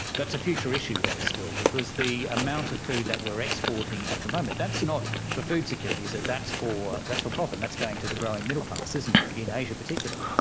that's a future issue, though, still. because the amount of food that we're exporting at the moment that's not for food security, is it? that's for that's for profit, and that's going to the growing middle class, isn't it, in asia particularly?